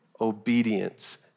obedience